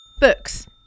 books